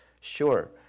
Sure